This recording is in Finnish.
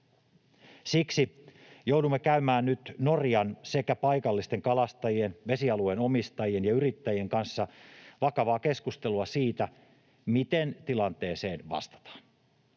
Siksi joudumme nyt käymään Norjan sekä paikallisten kalastajien, vesialueen omistajien ja yrittäjien kanssa vakavaa keskustelua siitä, miten tilanteeseen vastataan.